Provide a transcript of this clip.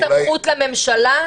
יש סמכות לממשלה?